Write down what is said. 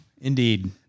Indeed